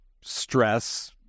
stress